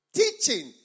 teaching